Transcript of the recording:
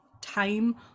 time